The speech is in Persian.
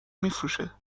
میفروشه